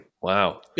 wow